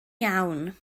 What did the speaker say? iawn